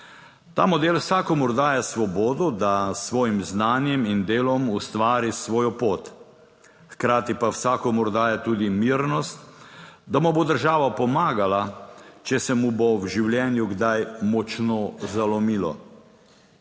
Ta model vsakomur daje svobodo, da s svojim znanjem in delom ustvari svojo pot, hkrati pa vsakomur daje tudi mirnost, da mu bo država pomagala, če se mu bo v življenju kdaj močno zalomilo.